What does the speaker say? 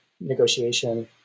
negotiation